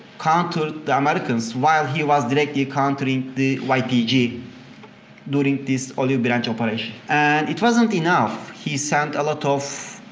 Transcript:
countered the americans while he was directly countering the ypg during this olive branch operation. and it wasn't enough. he sent a lot of